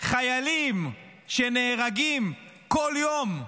חיילים שנהרגים כל יום,